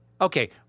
Okay